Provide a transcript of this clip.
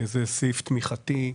זה סעיף תמיכתי.